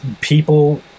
People